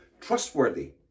trustworthy